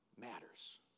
matters